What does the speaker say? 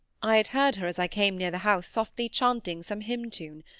i had heard her as i came near the house softly chanting some hymn-tune,